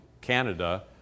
Canada